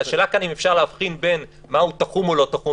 השאלה כאן אם אפשר להבחין בין מהו תחום או לא תחום,